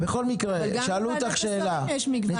אבל גם בוועדת השרים יש מגוון דעות,